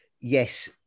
yes